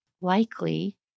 likely